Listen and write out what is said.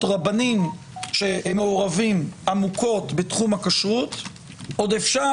רבנים שמעורבים עמוקות בתחום הכשרות עוד אפשר